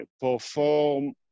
perform